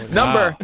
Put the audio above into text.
number